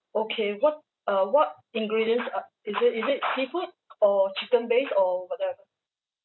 okay what uh what ingredients uh is it is it seafood or chicken based or whatever